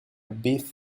beef